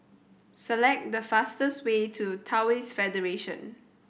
select the fastest way to Taoist Federation